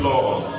Lord